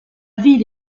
ville